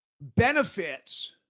benefits